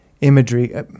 imagery